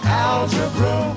algebra